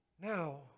now